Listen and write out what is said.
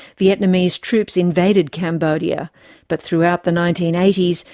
vietnamese troops invaded cambodia but throughout the nineteen eighty s,